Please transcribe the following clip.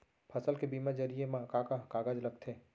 फसल के बीमा जरिए मा का का कागज लगथे?